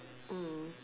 mm